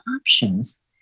options